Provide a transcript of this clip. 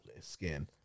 skin